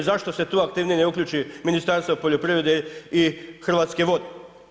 Zašto se tu aktivnije ne uključi Ministarstvo poljoprivrede i Hrvatske vode?